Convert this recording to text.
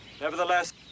Nevertheless